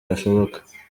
gashoboka